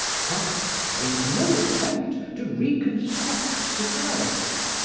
christ made no attempt to reconstruct society,